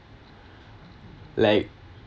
like